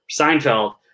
Seinfeld